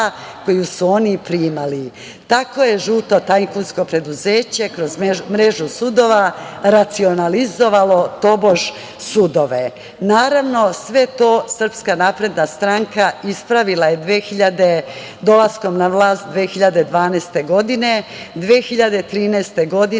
koju su oni primali. Tako je žuto tajkunsko preduzeće kroz mrežu sudova racionalizovalo tobož sudove. Naravno, sve to Srpska napredna stranka ispravila je dolaskom na vlast 2012. godine. Godine